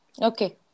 okay